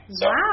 Wow